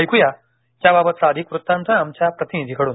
ऐक्या याबाबतचा अधिक वृत्तांत आमच्या प्रतिनिधीकडून